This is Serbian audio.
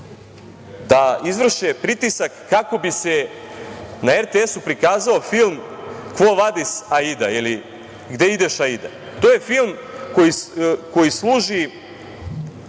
da izvrše pritisak kako bi se na RTS prikazao film „Quo Vadis Aida“ ili „Gde ideš Aida“. To je film koji služi